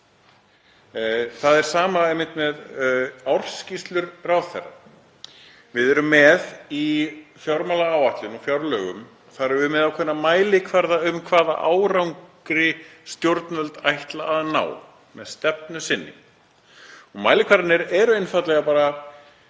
Það er sama með ársskýrslur ráðherra. Við erum með í fjármálaáætlun og fjárlögum ákveðna mælikvarða um hvaða árangri stjórnvöld ætla að ná með stefnu sinni. Mælikvarðarnir eru einfaldlega